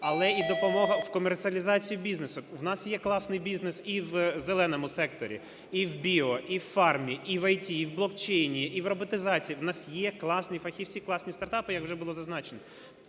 але і допомога в комерціалізації бізнесу. В нас є класний бізнес і в зеленому секторі, і в біо, в фармі, і в ІТ, і в блокчейні, і в роботизації, в нас є класні фахівці, класні стартапи, як вже було зазначено.